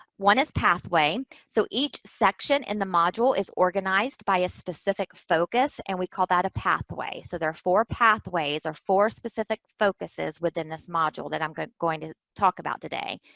one is pathway. so, each section in the module is organized by a specific focus. and we call that a pathway. so, there are four pathways, or four specific focuses within this module that i'm going going to talk about today.